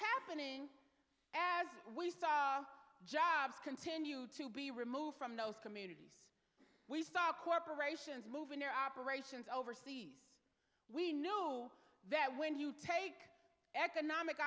happening as we saw jobs continue to be removed from those communities we saw corporations moving their operations overseas we know that when you take economic